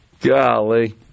Golly